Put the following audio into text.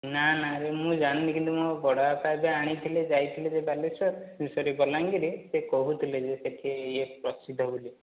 ନା ନା ରେ ମୁଁ ଜାଣିନି କିନ୍ତୁ ମୋ ବଡ଼ବାପା ଯୋଉ ଆଣିଥିଲେ ଯାଇଥିଲେ ଯୋଉ ବାଲେଶ୍ୱର ଏ ସରି ବଲାଙ୍ଗୀର ସେ କହୁଥିଲେ ଯେ ସେଠି ପ୍ରସିଦ୍ଧ ବୋଲି